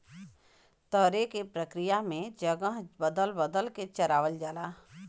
तरे के प्रक्रिया में जगह बदल बदल के चरावल जाला